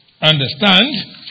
understand